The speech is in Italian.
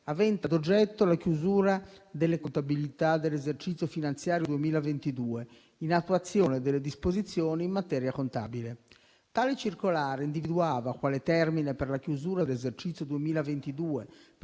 avente ad oggetto la chiusura delle contabilità dell'esercizio finanziario 2022, in attuazione delle disposizioni in materia contabile. Tale circolare individuava, quale termine per la chiusura dell'esercizio 2022 per